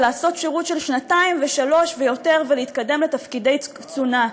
ולעשות שירות של שנתיים ושלוש ויותר ולהתקדם לתפקידי קצונה.